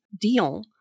Dion